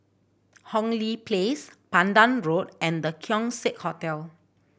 Hong Lee Place Pandan Road and The Keong Saik Hotel